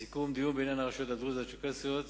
סיכום דיון בעניין הרשויות הדרוזיות והצ'רקסיות,